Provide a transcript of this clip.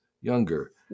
younger